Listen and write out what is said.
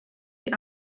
die